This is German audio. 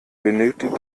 benötigt